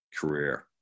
career